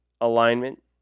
alignment